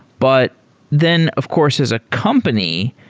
but then of course as a company,